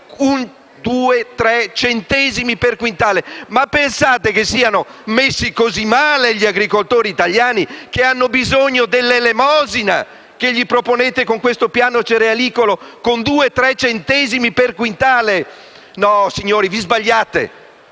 di due o tre centesimi per quintale. Ma pensate che siano messi così male gli agricoltori italiani da aver bisogno dell'elemosina che proponete loro con questo piano cerealicolo da due o tre centesimi per quintale? No, signori vi sbagliate.